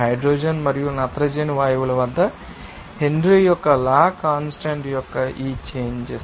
hydrogen మరియు నత్రజని వాయువుల వద్ద హెన్రీ యొక్క లా కాన్స్టాంట్ యొక్క ఈ చేంజెస్